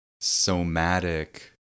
somatic